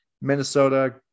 Minnesota